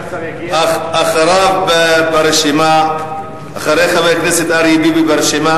אחרי חבר הכנסת אריה ביבי ברשימה,